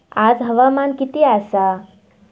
आज हवामान किती आसा?